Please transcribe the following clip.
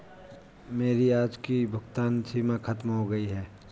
मेरी आज की भुगतान सीमा खत्म हो गई है